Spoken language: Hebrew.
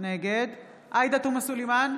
נגד עאידה תומא סלימאן,